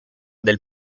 del